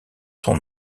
son